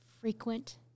frequent